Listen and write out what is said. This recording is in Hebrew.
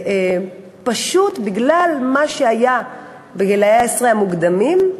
פשוט, בגלל מה שהיה בגילי העשרה המוקדמים,